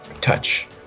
touch